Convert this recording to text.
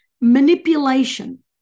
manipulation